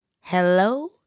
Hello